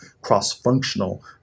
cross-functional